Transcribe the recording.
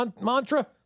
mantra